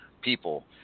people